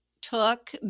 took